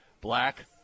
Black